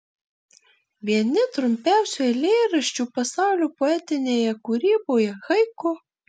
vieni trumpiausių eilėraščių pasaulio poetinėje kūryboje haiku